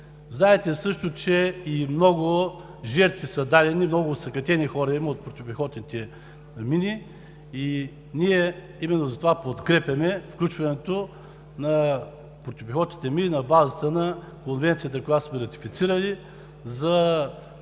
Знаете също, че и много жертви са дадени, много осакатени хора има от противопехотните мини. Именно затова ние подкрепяме включването на противопехотните мини на базата на Конвенцията за забраната за